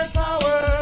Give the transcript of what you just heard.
power